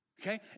okay